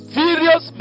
various